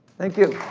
thank you